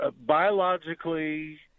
biologically